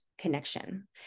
connection